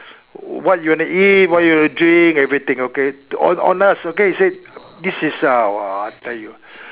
what you want to eat what you want to drink everything okay on on us okay he say this is uh I tell you